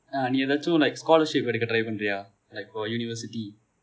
uh நீ எதாவது:nee ethavathu like scholarship எடுக்க:eduka try பன்னுகிறாயா:pannugirayaa like for university